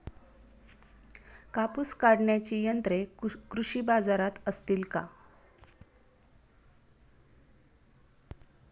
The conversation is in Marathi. कापूस काढण्याची यंत्रे कृषी बाजारात असतील का?